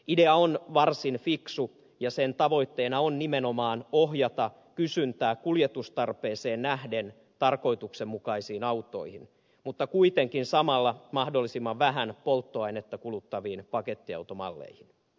idea on varsin fiksu ja sen tavoitteena on nimenomaan ohjata kysyntää kuljetustarpeeseen nähden tarkoituksenmukaisiin mutta kuitenkin samalla mahdollisimman vähän polttoainetta kuluttaviin pakettiautomalleihin